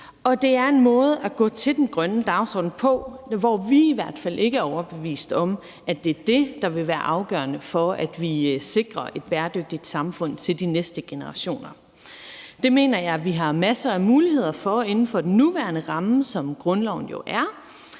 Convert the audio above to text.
det er en måde at gå til den grønne dagsorden på, som vi i hvert fald ikke er overbeviste om er det, der vil være afgørende for, at vi sikrer et bæredygtigt samfund til de næste generationer. Det mener jeg vi har masser af muligheder for inden for den nuværende ramme, som grundloven jo er,